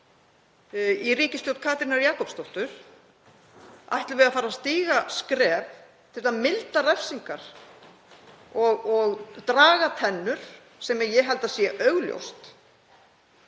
í ríkisstjórn Katrínar Jakobsdóttur, ætlum við að fara að stíga skref til að milda refsingar og draga tennur, sem ég held að sé augljóst,